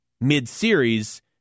mid-series